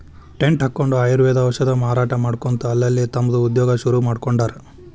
tent ಹಕ್ಕೊಂಡ್ ಆಯುರ್ವೇದ ಔಷಧ ಮಾರಾಟಾ ಮಾಡ್ಕೊತ ಅಲ್ಲಲ್ಲೇ ತಮ್ದ ಉದ್ಯೋಗಾ ಶುರುರುಮಾಡ್ಕೊಂಡಾರ್